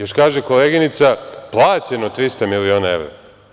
Još kaže koleginica – „Plaćeno 300.000.000 evra“